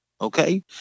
Okay